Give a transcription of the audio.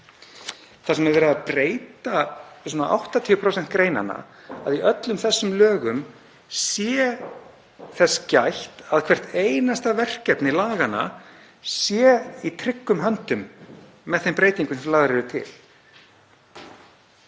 þar sem verið að breyta svona 80% greinanna, í þeim öllum sé þess gætt að hvert einasta verkefni laganna sé í tryggum höndum með þeim breytingum sem lagðar eru til.